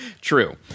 true